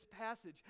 passage